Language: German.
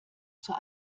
zur